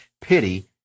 pity